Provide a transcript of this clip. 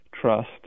trust